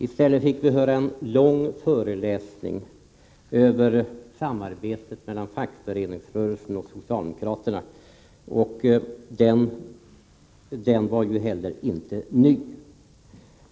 I stället fick vi höra en lång föreläsning om samarbetet mellan fackföreningsrörelsen och socialdemokraterna, en föreläsning som inte var ny.